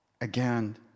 Again